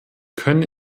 können